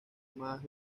más